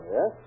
Yes